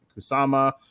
Kusama